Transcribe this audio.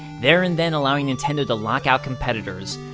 there and then allowing nintendo to lock out competitors.